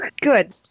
good